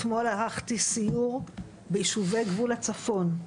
אתמול אירחתי סיור ביישובי גבול הצפון,